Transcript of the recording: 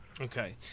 Okay